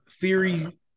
Theory